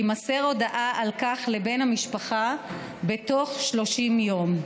תימסר הודעה על כך לבן המשפחה בתוך 30 יום.